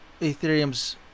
ethereum's